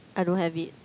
I don't have it